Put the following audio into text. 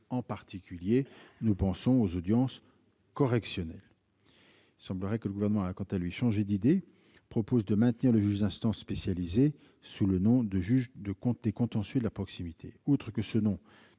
en particulier aux audiences correctionnelles. Il semblerait que le Gouvernement a, quant à lui, changé d'idée. Il propose de maintenir le juge d'instance spécialisé sous le nom de « juge des contentieux de la proximité ». Outre que ce nom ne